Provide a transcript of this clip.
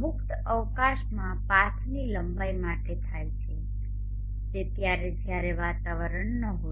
મુક્ત અવકાશમાં પાથની લંબાઈ માટે થાય છે તે ત્યારે જ્યારે વાતાવરણ ન હોય